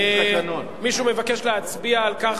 מישהו מבקש להצביע על כך